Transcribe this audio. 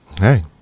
hey